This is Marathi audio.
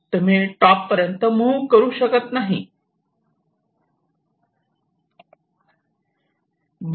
तुम्ही टॉप पर्यंत मुव्ह करू शकत नाही